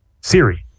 Siri